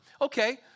Okay